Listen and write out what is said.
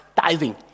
Tithing